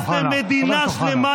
אתם מגינים.